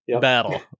battle